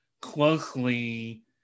closely